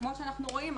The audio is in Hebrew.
כמו שאנחנו רואים,